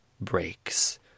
breaks